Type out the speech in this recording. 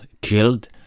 killed